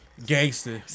Gangster